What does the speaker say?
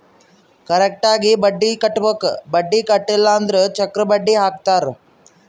correct ಆಗಿ ಬಡ್ಡಿ ಕಟ್ಟಬೇಕ್ ಬಡ್ಡಿ ಕಟ್ಟಿಲ್ಲ ಅಂದುರ್ ಚಕ್ರ ಬಡ್ಡಿ ಹಾಕ್ತಾರ್